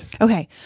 okay